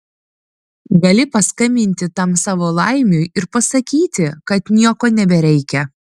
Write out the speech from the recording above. gali paskambinti tam savo laimiui ir pasakyti kad nieko nebereikia